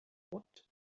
what